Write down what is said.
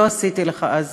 ולא עשיתי לך אז